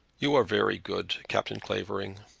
you are very good, captain clavering.